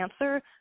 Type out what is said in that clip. answer